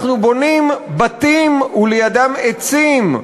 אנחנו בונים בתים ולידם עצים,